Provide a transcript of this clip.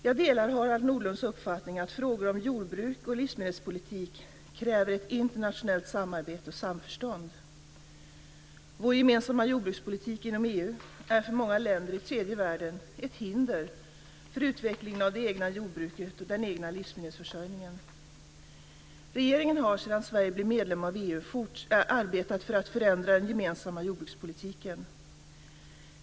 Jag delar Harald Nordlunds uppfattning att frågor om jordbruk och livsmedelspolitik kräver ett internationellt samarbete och samförstånd. Vår gemensamma jordbrukspolitik inom EU är för många länder i tredje världen ett hinder för utvecklingen av det egna jordbruket och den egna livsmedelsförsörjningen. Regeringen har sedan Sverige blev medlem i EU arbetat för att förändra den gemensamma jordbrukspolitiken.